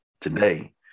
today